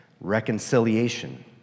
reconciliation